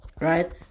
right